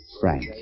Frank